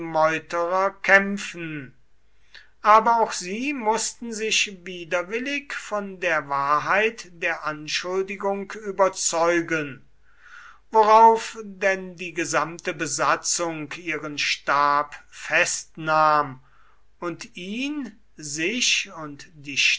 meuterer kämpfen aber auch sie mußten sich widerwillig von der wahrheit der anschuldigung überzeugen worauf denn die gesamte besatzung ihren stab festnahm und ihn sich und die